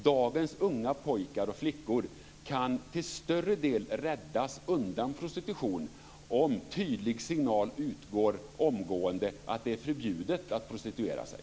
Dagens unga pojkar och flickor kan till större delen räddas undan prostitution om en tydlig signal omgående går ut om att det är förbjudet att prostituera sig.